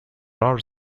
are